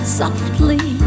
softly